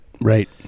right